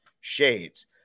shades